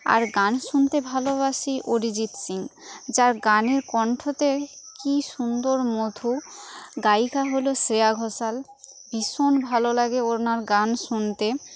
আর গান শুনতে ভালোবাসি অরিজিৎ সিং যার গানের কণ্ঠতে কি সুন্দর মধু গায়িকা হল শ্রেয়া ঘোষাল ভীষণ ভালো লাগে ওনার গান শুনতে